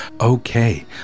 Okay